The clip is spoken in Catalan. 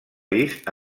vist